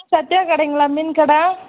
சத்யா கடைங்களா மீன் கடை